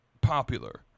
popular